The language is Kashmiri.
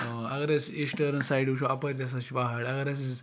اگر أسۍ ایٖسٹٔرٕن سایڈٕ وٕچھو اَپٲرۍ تہِ ہَسا چھِ پہاڑ اگر أسۍ